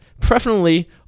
Preferably